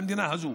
במדינה הזו.